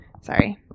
sorry